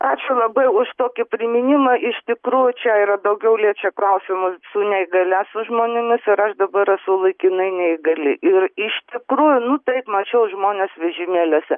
ačiū labai už tokį priminimą iš tikrųjų čia yra daugiau liečia klausimus su neįgalia su žmonėmis ir aš dabar esu laikinai neįgali ir iš tikrųjų nu taip mačiau žmones vežimėliuose